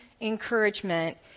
encouragement